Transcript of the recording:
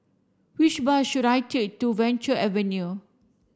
which bus should I take to Venture Avenue